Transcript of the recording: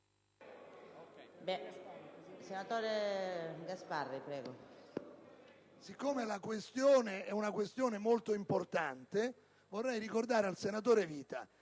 siccome la questione è molto importante, vorrei ricordare al senatore Vita